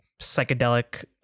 psychedelic